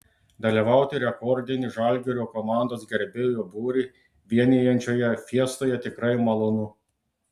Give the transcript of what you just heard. dalyvauti rekordinį žalgirio komandos gerbėjų būrį vienijančioje fiestoje tikrai malonu